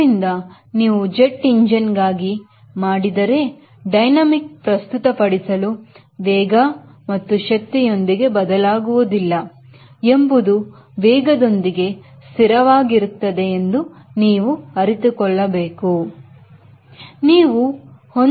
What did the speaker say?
ಆದ್ದರಿಂದ ನೀವು jet engine ಗಾಗಿ ಮಾಡಿದರೆ ಡೈನಮಿಕ್ ಪ್ರಸ್ತುತಪಡಿಸಲು ವೇಗ ಮತ್ತು ಶಕ್ತಿಯೊಂದಿಗೆ ಬದಲಾಗುವುದಿಲ್ಲ ಎಂಬುದು ವೇಗದೊಂದಿಗೆ ಸ್ಥಿರವಾಗಿರುತ್ತದೆ ಎಂದು ನೀವು ಅರಿತುಕೊಳ್ಳಬೇಕು